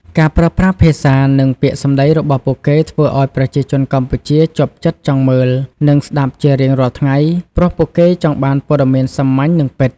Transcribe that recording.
ការប្រើប្រាស់ភាសា និងពាក្យសម្ដីរបស់ពួកគេធ្វើឱ្យប្រជាជនកម្ពុជាជាប់ចិត្តចង់មើល និងស្ដាប់ជារៀងរាល់ថ្ងៃ ព្រោះគេចង់បានព័ត៌មានសាមញ្ញ និងពិត។